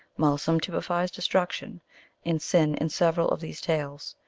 malsum typifies destruction and sin in several of these tales.